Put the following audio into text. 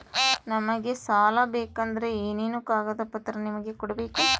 ನಮಗೆ ಸಾಲ ಬೇಕಂದ್ರೆ ಏನೇನು ಕಾಗದ ಪತ್ರ ನಿಮಗೆ ಕೊಡ್ಬೇಕು?